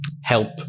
help